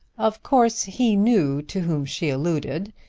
of course he knew to whom she alluded,